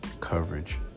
coverage